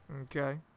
Okay